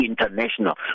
International